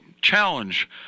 challenge